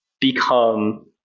become